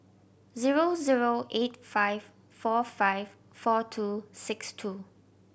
zero zero eight five four five four two six two